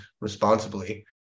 responsibly